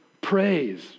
praise